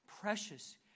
precious